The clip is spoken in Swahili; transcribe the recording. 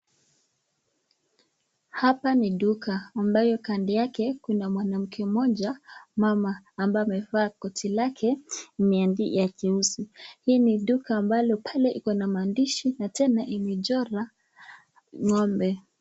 Hapa ni duka ambayo kando yake kuna mwanamke mmoja, mmama ambaye amevaa koti lake ya jeusi. Hii ni duka ambalo pale iko na maandishi na tena inechorwa ng'ombe.